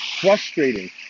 frustrating